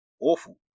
awful